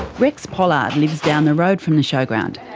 rex pollard lives down the road from the showground.